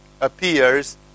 appears